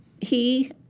he